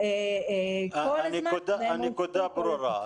הנקודה ברורה.